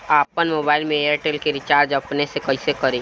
आपन मोबाइल में एयरटेल के रिचार्ज अपने से कइसे करि?